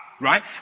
right